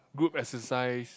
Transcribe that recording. group exercise